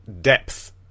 depth